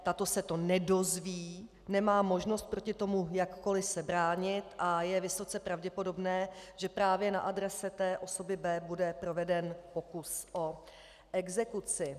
Tato se to nedozví, nemá možnost proti tomu jakkoli se bránit a je vysoce pravděpodobné, že právě na adrese osoby B bude proveden pokus o exekuci.